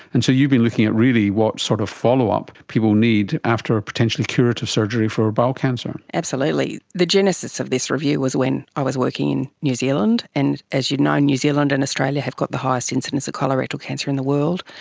and so you've been looking at really what sort of follow-up people need after a potentially curative surgery for bowel cancer. absolutely. the genesis of this review was when i was working in new zealand. and as you know, new zealand and australia have got the highest incidence of colorectal cancer in the world,